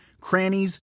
crannies